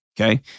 okay